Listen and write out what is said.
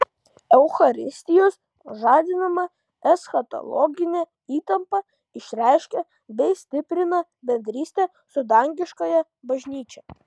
eucharistijos žadinama eschatologinė įtampa išreiškia bei stiprina bendrystę su dangiškąja bažnyčia